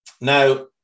Now